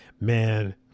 man